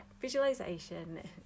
visualization